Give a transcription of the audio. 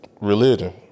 religion